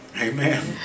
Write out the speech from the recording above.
amen